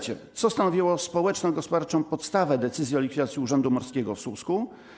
Co stanowiło społeczno-gospodarczą podstawę decyzji o likwidacji Urzędu Morskiego w Słupsku?